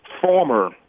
former